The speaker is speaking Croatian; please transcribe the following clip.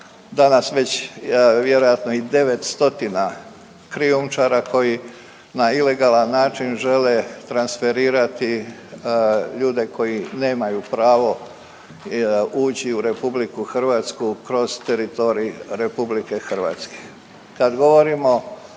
danas već vjerojatno i 9 stotina krijumčara koji na ilegalan način žele transferirati ljude koji nemaju pravo ući u RH kroz teritorij RH.